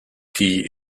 die